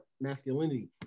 masculinity